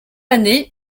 année